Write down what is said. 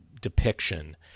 depiction